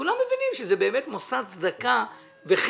כולם מבינים שזה באמת מוסד צדקה וחסד,